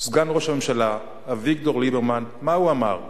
סגן ראש הממשלה אביגדור ליברמן, מה הוא אמר?